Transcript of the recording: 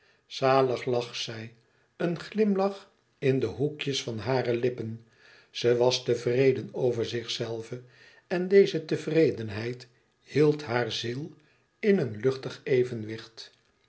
zalig lag zij een glimlach in de hoekjes van hare lippen ze was tevreden over zichzelve en deze tevredenheid hield haar ziel in een luchtig evenwicht